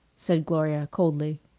said gloria coldly.